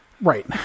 Right